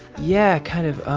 yeah, kind of.